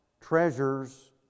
treasures